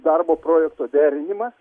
darbo projekto derinimas